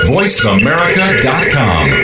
VoiceAmerica.com